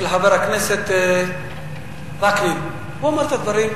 חבר הכנסת נסים זאב, אתה תענה.